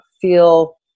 feel